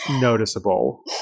noticeable